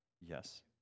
Yes